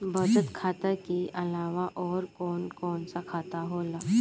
बचत खाता कि अलावा और कौन कौन सा खाता होला?